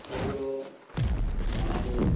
সেগুলো আমাদের